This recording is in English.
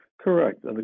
Correct